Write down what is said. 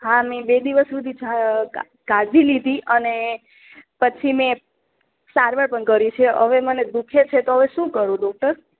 હા મેં બે દિવસ સુધી કાળજી લીધી અને પછી મેં સારવાર પણ કરી છે હવે મને દુખે છે તો હવે શું કરું ડૉક્ટર